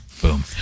Boom